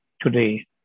today